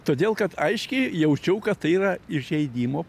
todėl kad aiškiai jaučiau kad tai yra įžeidimo